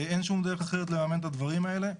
אין שום דרך אחרת לממן את הדברים האלה.